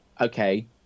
okay